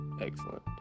excellent